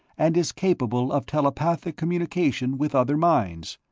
and is capable of telepathic communication with other minds,